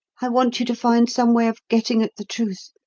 i want you to find some way of getting at the truth,